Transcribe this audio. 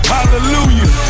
Hallelujah